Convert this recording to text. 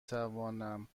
توانم